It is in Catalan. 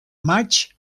maig